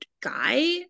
guy